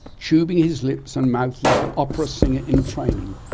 tubing his lips and mouth like an opera singer in training,